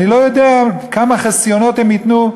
אני לא יודע כמה חסיונות הם ייתנו.